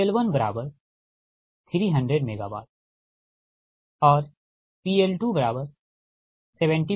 PL1300 MW PL270 MW